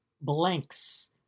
Blanks